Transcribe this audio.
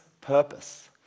purpose